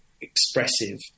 expressive